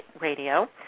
Radio